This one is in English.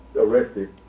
arrested